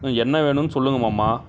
என்ன வேணும்னு சொல்லுங்கள் மாமா